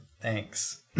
Thanks